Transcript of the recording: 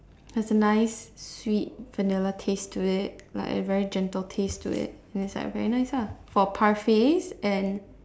has a nice sweet vanilla taste to it like a very gentle taste to it and it's like a very nice lah for parfaits and